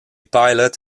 pilot